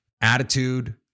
Attitude